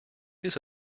this